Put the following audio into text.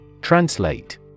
Translate